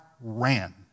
ran